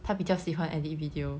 她比较喜欢 edit video